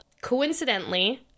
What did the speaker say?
Coincidentally